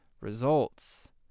results